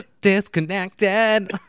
Disconnected